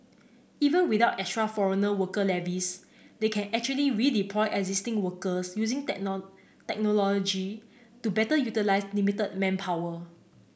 even without extra foreign worker levies they can actually redeploy existing workers using technology to better utilise limited manpower